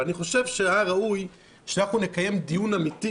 אבל אני חושב שהיה ראוי שנקיים דיון אמיתי